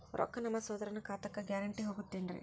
ರೊಕ್ಕ ನಮ್ಮಸಹೋದರನ ಖಾತಕ್ಕ ಗ್ಯಾರಂಟಿ ಹೊಗುತೇನ್ರಿ?